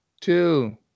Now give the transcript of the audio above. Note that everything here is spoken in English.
two